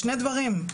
שני דברים,